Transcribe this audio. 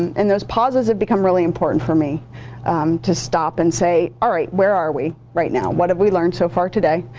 and those pauses have become really important for me to stop and say, alright, where are we right now? what have we learned so far today?